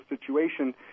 situation